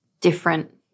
different